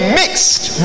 mixed